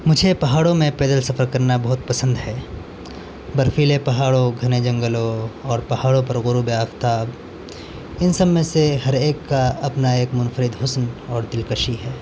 مجھے پہاڑوں میں پیدل سفر کرنا بہت پسند ہے برفیلے پہاڑوں گھنے جنگلوں اور پہاڑوں پر غروب آفتاب ان سب میں سے ہر ایک کا اپنا ایک منفرد حسن اور دلکشی ہے